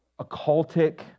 occultic